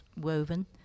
woven